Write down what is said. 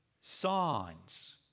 signs